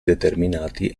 determinati